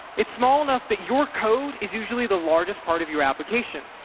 it's small enough that your code is usually the largest part of your application.